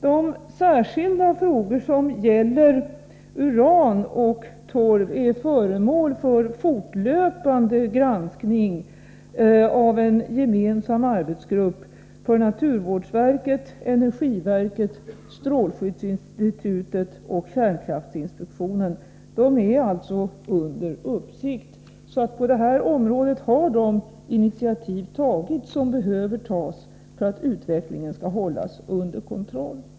De särskilda frågor som gäller uran och torv är föremål för fortlöpande granskning av en gemensam arbetsgrupp för naturvårdsverket, energiverket, strålskyddsinstitutet och kärnkraftinspektionen. Dessa frågor är alltså under uppsikt, så på detta område har de initiativ tagits som behöver tas för att utvecklingen skall hållas under kontroll.